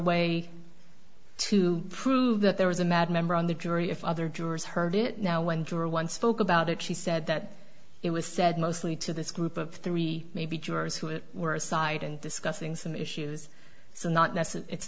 way to prove that there was a mad member on the jury if other jurors heard it now when juror one spoke about it she said that it was said mostly to this group of three maybe jurors who were aside and discussing some issues so not